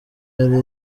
yari